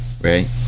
Right